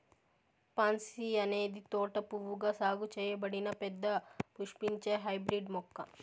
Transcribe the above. pansy అనేది తోట పువ్వుగా సాగు చేయబడిన పెద్ద పుష్పించే హైబ్రిడ్ మొక్క